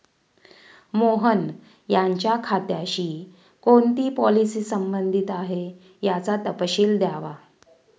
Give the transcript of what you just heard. मोहन यांच्या खात्याशी कोणती पॉलिसी संबंधित आहे, याचा तपशील द्यावा